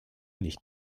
nicht